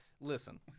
Listen